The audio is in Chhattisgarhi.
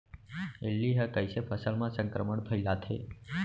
इल्ली ह कइसे फसल म संक्रमण फइलाथे?